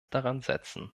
daransetzen